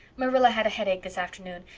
marilla had a headache this afternoon,